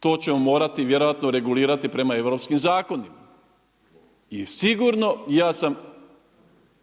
To ćemo morati vjerojatno regulirati prema europskim zakonima. I sigurno ja sam